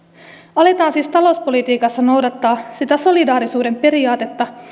aletaan siis talouspolitiikassa noudattaa sitä solidaarisuuden periaatetta